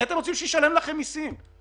מי אתם רוצים שישלם לכם מיסים?